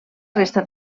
resta